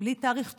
בלי תאריך תפוגה,